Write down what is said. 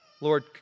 Lord